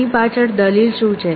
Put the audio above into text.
આની પાછળ દલીલ શું છે